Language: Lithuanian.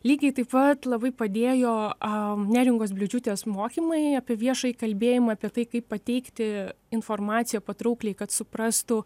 lygiai taip pat labai padėjo neringos bliūdžiūtės mokymai apie viešąjį kalbėjimą apie tai kaip pateikti informaciją patraukliai kad suprastų